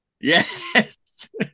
Yes